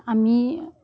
আমি